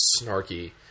snarky